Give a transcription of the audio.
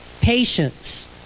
Patience